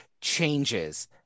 changes